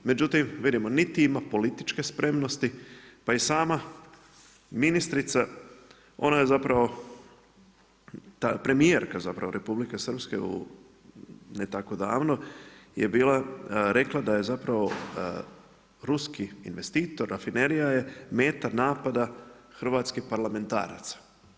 Međutim, vidimo niti ima političke spremnosti, pa i sama ministrica, ona je zato, ta premijerka Republike Srpske ne tako davno je bila rekla, da je zapravo ruski investitor, rafinerija je meta napada hrvatskih parlamentaraca.